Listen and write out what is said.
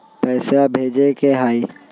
पैसा भेजे के हाइ?